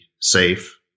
safe